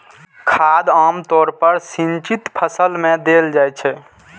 खाद आम तौर पर सिंचित फसल मे देल जाइत छै